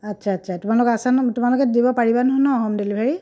আচ্ছা আচ্ছা তোমালোক আছা ন তোমালোকে দিব পাৰিবা ন হম ডেলিভাৰী